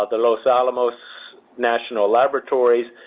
and los alamos national laboratories,